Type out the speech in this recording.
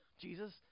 Jesus